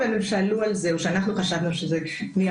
אבל הן שאלו על זה או שאנחנו חשבנו שזה נהיה